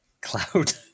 Cloud